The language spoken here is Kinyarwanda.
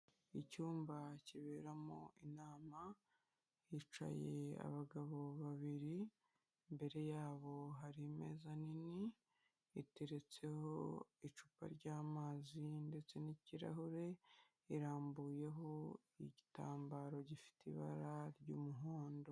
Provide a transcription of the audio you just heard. Icyumba kiberamo inama hicaye abagabo babiri imbere yabo hari imezi nini iteretseho icupa ry'amazi ndetse n'ikirahure, irambuyeho igitambaro gifite ibara ry'umuhondo.